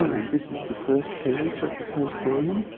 and this is the first page of the first volume.